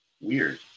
Weird